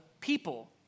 people